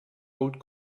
gold